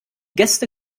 gäste